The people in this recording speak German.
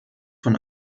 von